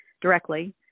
directly